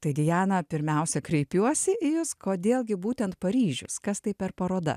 tai diana pirmiausia kreipiuosi į jus kodėl gi būtent paryžius kas tai per paroda